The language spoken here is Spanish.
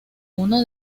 uno